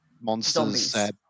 monsters